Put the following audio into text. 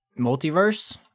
multiverse